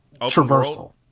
traversal